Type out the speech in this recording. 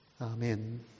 Amen